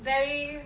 very